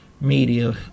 media